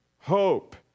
Hope